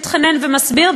מתחנן ומסביר,